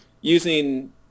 using